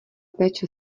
péče